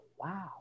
Wow